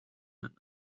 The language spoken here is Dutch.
een